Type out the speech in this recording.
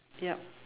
yup